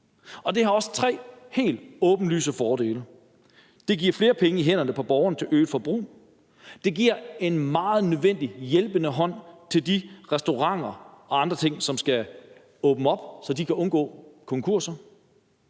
Det har også tre helt åbenlyse fordele. Det giver flere penge mellem hænderne på borgerne til øget forbrug. Det giver en meget nødvendig hjælpende hånd til de restauranter og andre ting, som skal åbne op, så de kan undgå konkurser.